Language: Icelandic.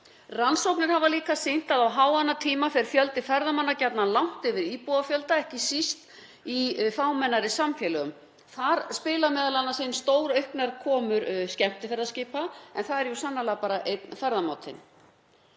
Rannsóknir hafa líka sýnt að á háannatíma fer fjöldi ferðamanna gjarnan langt yfir íbúafjölda, ekki síst í fámennari samfélögum. Þar spila m.a. inn stórauknar komur skemmtiferðaskipa en það er jú sannarlega bara einn ferðamátinn.